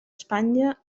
espanya